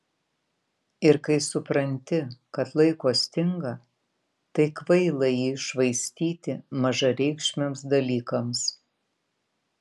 ir kai supranti kad laiko stinga tai kvaila jį švaistyti mažareikšmiams dalykams